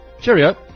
cheerio